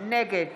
נגד